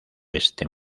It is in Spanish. este